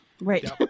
Right